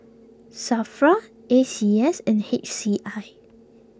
Safra A C S and H C I